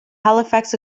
halifax